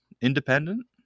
independent